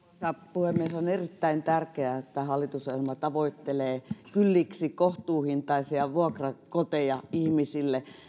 puhemies on erittäin tärkeää että hallitusohjelma tavoittelee kylliksi kohtuuhintaisia vuokrakoteja ihmisille